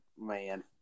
Man